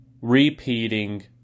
repeating